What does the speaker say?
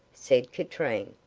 said katrine.